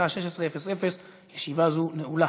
בשעה 16:00. ישיבה זו נעולה.